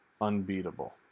unbeatable